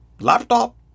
laptop